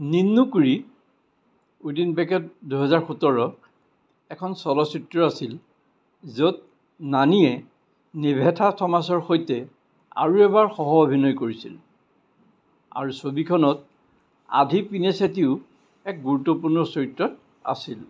Ninnu Kori within bracket দুহেজাৰ সোতৰ এখন চলচ্চিত্ৰ আছিল য'ত নানীয়ে নিভেথা থমাছৰ সৈতে আৰু এবাৰ সহ অভিনয় কৰিছিল আৰু ছবিখনত আধি পিনিছেটিও এক গুৰুত্বপূৰ্ণ চৰিত্ৰত আছিল